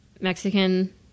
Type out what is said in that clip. Mexican